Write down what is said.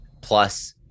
plus